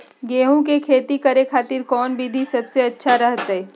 गेहूं के खेती करे खातिर कौन विधि सबसे अच्छा रहतय?